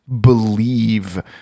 believe